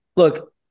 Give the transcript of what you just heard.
Look